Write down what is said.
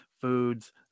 foods